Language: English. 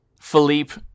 Philippe